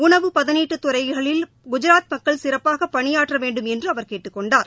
உணவு பதனீட்டுத்துறைகளில் குஜராத் மக்கள் சிறப்பாக பணியாற்றவேண்டும் என்று அவர் கேட்டுக்கொண்டார்